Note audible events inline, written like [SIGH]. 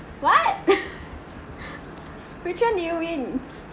what [LAUGHS] which one do you win